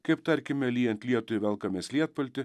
kaip tarkime lyjant lietui velkamės lietpaltį